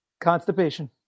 Constipation